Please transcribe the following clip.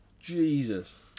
Jesus